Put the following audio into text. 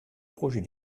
projet